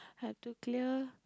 hard to clear